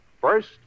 First